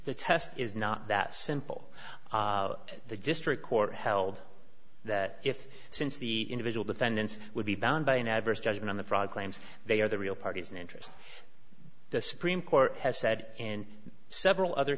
the test is not that simple the district court held that if since the individual defendants would be bound by an adverse judgment on the broad claims they are the real parties and interests the supreme court has said in several other